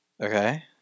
Okay